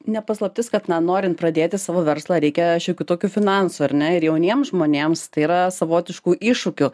ne paslaptis kad na norint pradėti savo verslą reikia šiokių tokių finansų ar ne ir jauniem žmonėms tai yra savotiškų iššūkių